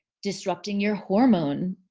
disrupting your hormones.